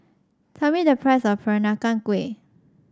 tell me the price of Peranakan Kueh